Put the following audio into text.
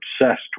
obsessed